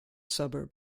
suburb